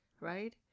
right